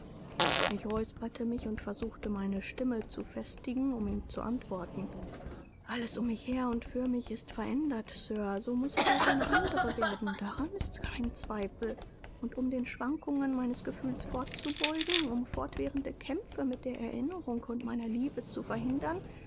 ich räusperte mich und versuchte meine stimme zu festigen um ihm zu antworten alles um mich her und für mich ist verändert sir so muß auch ich eine andere werden daran ist kein zweifel und um den schwankungen meines gefühls vorzubeugen um fortwährende kämpfe mit der erinnerung und meiner liebe zu verhindern